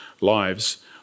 lives